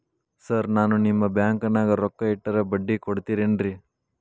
Sir ನಾನು ನಿಮ್ಮ ಬ್ಯಾಂಕನಾಗ ರೊಕ್ಕ ಇಟ್ಟರ ಬಡ್ಡಿ ಕೊಡತೇರೇನ್ರಿ?